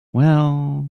well—i